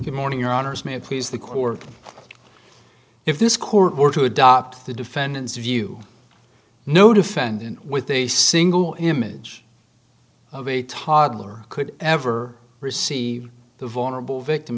good morning your honour's may please the court if this court were to adopt the defendant's view no defendant with a single image of a toddler could ever receive the vulnerable victim